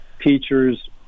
teachers